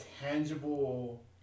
tangible